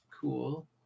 cool